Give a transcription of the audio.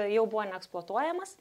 jau buvo neeksploatuojamas